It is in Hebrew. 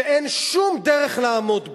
שאין שום דרך לעמוד בה.